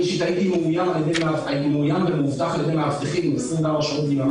אני אישית הייתי מאוים ומאובטח על ידי מאבטחים 24 שעות ביממה